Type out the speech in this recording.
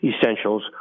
essentials